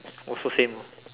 also same ah